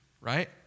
right